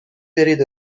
برید